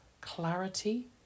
clarity